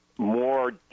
more